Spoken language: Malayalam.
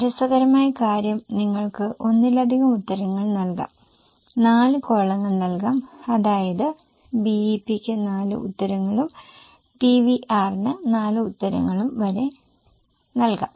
രസകരമായ കാര്യം നിങ്ങൾക്ക് ഒന്നിലധികം ഉത്തരങ്ങൾ നൽകാം 4 കോളങ്ങൾ നൽകാം അതായത് BEP യ്ക്ക് 4 ഉത്തരങ്ങളും PVR ന് 4 ഉത്തരങ്ങളും വരെ നൽകാം